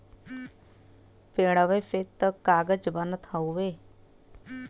पेड़वे से त कागज बनत हउवे